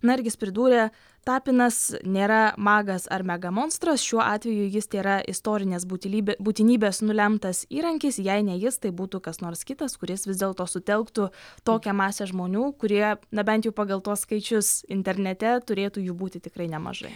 na ir jis pridūrė tapinas nėra magas ar mega monstras šiuo atveju jis tėra istorinės būtilybė būtinybės nulemtas įrankis jei ne jis tai būtų kas nors kitas kuris vis dėlto sutelktų tokią masę žmonių kurie na bent jau pagal tuos skaičius internete turėtų jų būti tikrai nemažai